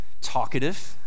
talkative